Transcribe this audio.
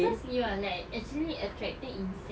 cause you're like actually attracting insects